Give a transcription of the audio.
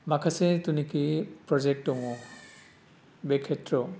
माखासे जिनोखि प्रजेक्त दङ बे केथ्रआव